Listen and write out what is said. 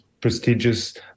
prestigious